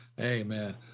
Amen